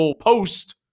post